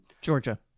Georgia